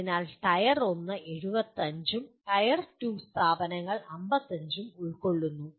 അതിനാൽ ടയർ 1 75 ഉം ടയർ 2 സ്ഥാപനങ്ങൾ 50 ഉം ഉൾക്കൊള്ളുന്നു